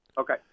okay